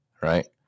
right